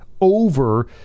over